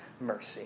mercy